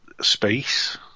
space